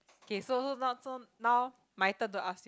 okay so now so now my turn to ask